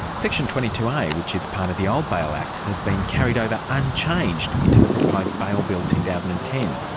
section twenty two a, which is part of the old bail act has been carried over unchanged into the proposed bail bill two thousand and ten.